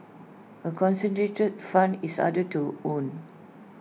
A concentrated fund is harder to own